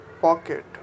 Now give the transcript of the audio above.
pocket